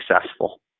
successful